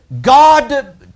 God